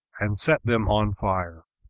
and set them on fire.